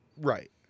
Right